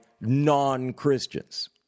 non-Christians